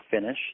finish